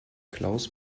klaus